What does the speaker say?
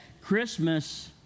Christmas